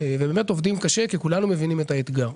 ובאמת עובדים קשה, כי כולנו מבינים את האתגר.